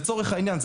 לצורך העניין,